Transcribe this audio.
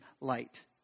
light